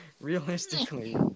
Realistically